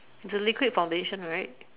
it's the liquid foundation right